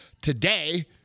today